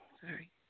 Sorry